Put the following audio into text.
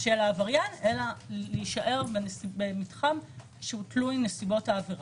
של העבריין אלא להישאר במתחם שהוא תלוי נסיבות העבירה.